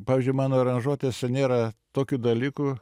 pavyzdžiui mano aranžuotėse nėra tokių dalykų